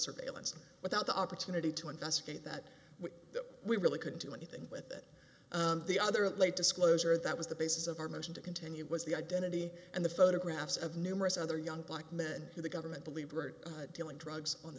surveillance without the opportunity to investigate that we really couldn't do anything with it the other late disclosure that was the basis of our motion to continue was the identity and the photographs of numerous other young black men who the government believed were dealing drugs on the